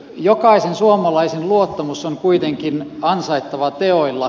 jokaisen suomalaisen luottamus on kuitenkin ansaittava teoilla